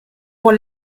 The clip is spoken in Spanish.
por